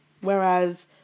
Whereas